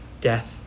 death